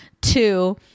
Two